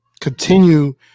continue